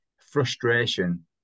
frustration